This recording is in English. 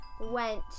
went